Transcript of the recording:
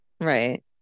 Right